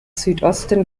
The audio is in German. südosten